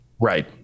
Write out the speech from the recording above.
Right